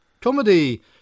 Comedy